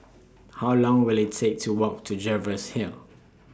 How Long Will IT Take to Walk to Jervois Hill